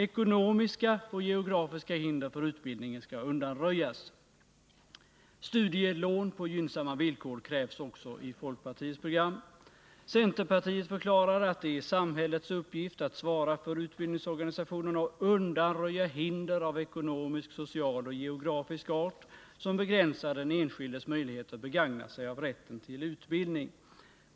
Ekonomiska och geografiska hinder för utbildningen skall undanröjas. Studielån på gynnsamma villkor krävs också i folkpartiets program. Centerpartiet förklarar att det är samhällets uppgift att svara för utbildningsorganisationen och undanröja hinder av ekonomisk, social och geografisk art, som begränsar den enskildes möjligheter att begagna sig av rätten till utbildning.